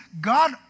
God